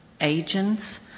agents